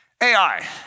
AI